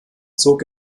zog